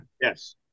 yes